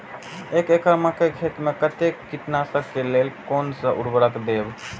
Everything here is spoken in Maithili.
एक एकड़ मकई खेत में कते कीटनाशक के लेल कोन से उर्वरक देव?